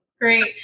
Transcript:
Great